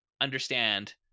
understand